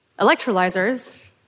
electrolyzers